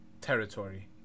territory